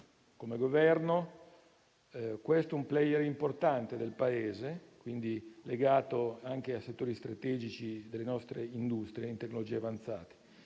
che si tratti di un *player* importante del Paese, legato anche a settori strategici delle nostre industrie in tecnologie avanzate.